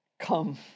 come